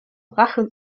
rache